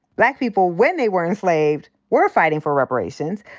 black people, when they were enslaved, were fighting for reparations.